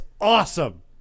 awesome